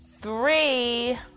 three